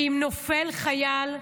אם נופל חייל,